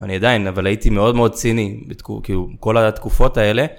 אני עדיין, אבל הייתי מאוד מאוד ציני כי כל התקופות האלה.